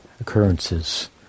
occurrences